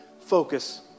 focus